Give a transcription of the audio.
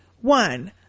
One